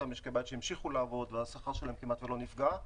אותם משקי בית שהמשיכו לעבוד והשכר שלהם כמעט ולא נפגע.